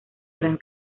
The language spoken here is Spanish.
gran